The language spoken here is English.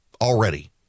already